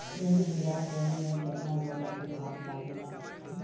एक बीगहा गेहूं में केतना गोबर के खाद लागेला?